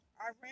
Iran